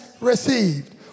received